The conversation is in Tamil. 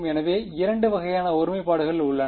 எனவே 2 வகையான ஒருமைப்பாடுகள் என்ன